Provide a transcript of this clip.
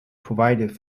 provided